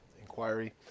inquiry